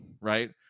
right